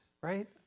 right